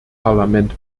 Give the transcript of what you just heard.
parlament